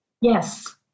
Yes